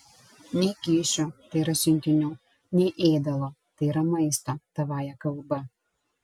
nei kyšių tai yra siuntinių nei ėdalo tai yra maisto tavąja kalba